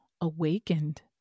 awakened